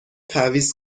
تعویض